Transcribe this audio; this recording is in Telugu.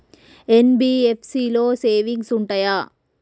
ఎన్.బి.ఎఫ్.సి లో సేవింగ్స్ ఉంటయా?